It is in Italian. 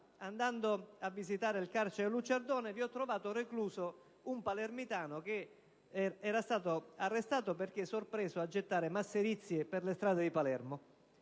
andando a visitare il carcere dell'Ucciardone, vi ho trovato recluso un palermitano che era stato arrestato perché sorpreso a gettare masserizie per le strade di Palermo.